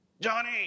Johnny